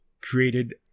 created